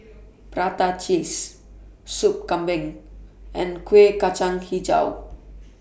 Prata Cheese Sop Kambing and Kueh Kacang Hijau